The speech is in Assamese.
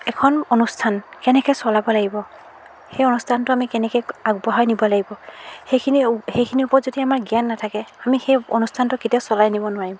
এখন অনুষ্ঠান কেনেকৈ চলাব লাগিব সেই অনুষ্ঠানটো আমি কেনেকৈ আগবঢ়াই নিব লাগিব সেইখিনিও সেইখিনিৰ ওপৰত যদি আমাৰ জ্ঞান নাথাকে আমি সেই অনুষ্ঠানটো কেতিয়াও চলাই নিব নোৱাৰিম